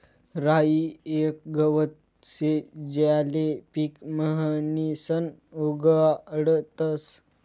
राई येक गवत शे ज्याले पीक म्हणीसन उगाडतस